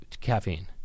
caffeine